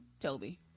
Toby